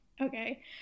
Okay